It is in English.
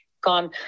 gone